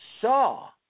saw